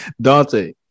Dante